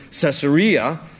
caesarea